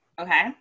Okay